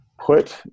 put